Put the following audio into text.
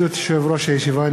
ברשות יושב-ראש הישיבה,